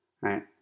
right